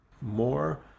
more